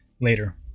Later